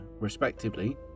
respectively